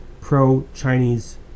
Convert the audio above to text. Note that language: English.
pro-Chinese